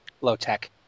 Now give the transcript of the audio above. Low-tech